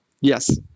Yes